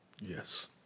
Yes